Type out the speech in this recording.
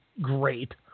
great